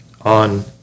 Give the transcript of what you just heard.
on